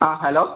ആ ഹലോ